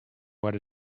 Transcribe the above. what